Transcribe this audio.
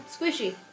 squishy